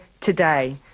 today